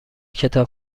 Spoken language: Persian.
کتاب